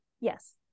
yes